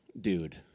Dude